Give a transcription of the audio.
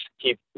keep